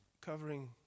covering